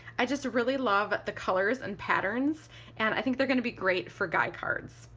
i just really love the colors and patterns and i think they're gonna be great for guy cards.